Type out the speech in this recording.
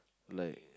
like